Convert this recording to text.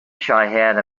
had